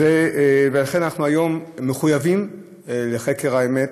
ואכן, אנחנו היום מחויבים לחקר האמת.